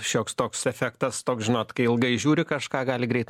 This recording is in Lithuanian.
šioks toks efektas toks žinot kai ilgai žiūri kažką gali greit